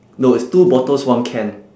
no it's two bottles one can